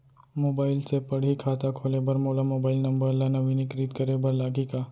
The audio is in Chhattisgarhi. मोबाइल से पड़ही खाता खोले बर मोला मोबाइल नंबर ल नवीनीकृत करे बर लागही का?